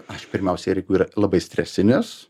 aš pirmiausia ir jeigu yra labai stresinės